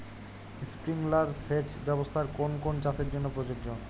Sprinkler সেচ ব্যবস্থার কোন কোন চাষের জন্য প্রযোজ্য?